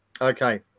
Okay